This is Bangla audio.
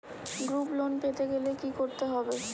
গ্রুপ লোন পেতে গেলে কি করতে হবে?